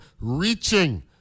reaching